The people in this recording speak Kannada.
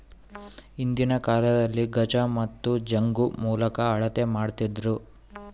ಹಿಂದಿನ ಕಾಲದಲ್ಲಿ ಗಜ ಮತ್ತು ಜಂಗು ಮೂಲಕ ಅಳತೆ ಮಾಡ್ತಿದ್ದರು